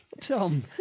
Tom